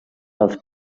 dels